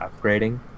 upgrading